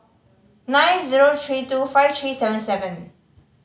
nine zero three two five three seven seven